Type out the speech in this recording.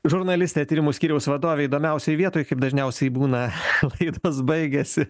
žurnalistė tyrimų skyriaus vadovė įdomiausioj vietoj kaip dažniausiai būna laidos baigiasi